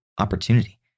opportunity